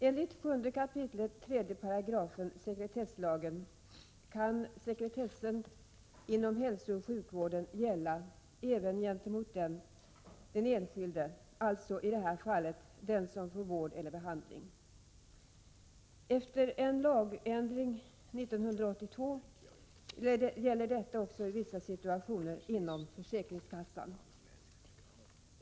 Enligt 7 kap. 3 § sekretesslagen kan sekretessen inom hälsooch sjukvården gälla även gentemot den enskilde, alltså i det här fallet den som får vård eller behandling. Efter en lagändring 1982 gäller detta också i vissa situationer inom försäkringskassan.